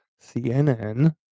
CNN